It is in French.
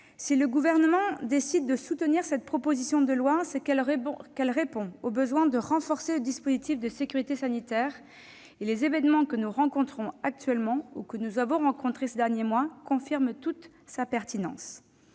Si le Gouvernement a décidé de la soutenir, c'est qu'elle répond au besoin de renforcer le dispositif de sécurité sanitaire. Les événements que nous connaissons actuellement et ceux que nous avons rencontrés ces derniers mois en confirment toute la pertinence.